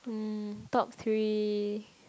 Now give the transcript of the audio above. um top three